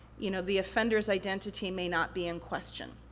you know the offender's identity may not be in question.